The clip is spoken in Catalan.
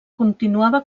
continuava